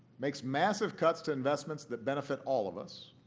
makes massive cuts to investments that benefit all of us